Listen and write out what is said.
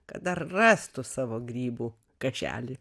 kad dar rastų savo grybų kapšelį